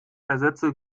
ersetze